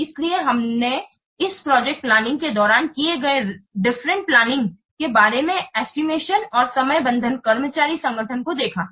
इसलिए हमने इस प्रोजेक्ट प्लानिंग के दौरान किए गए कुछ डिफरेंट प्लानिंग के बारे में एस्टिमेशन और समयबद्धन कर्मचारी संगठन को देखा है